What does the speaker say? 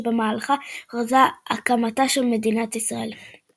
שבמהלכה הוכרזה הקמתה של מדינת ישראל.